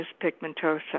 pigmentosa